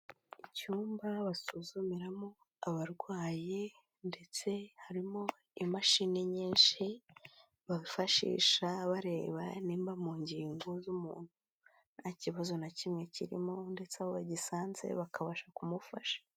Icyumba basuzumimo abarwayi, ndetse harimo imashini nyinshi, bafashisha bareba nimba mu ngingo z'umuntu nta kibazo na kimwe kirimo, ndetse abo bagisanze, bakabasha kumufasha.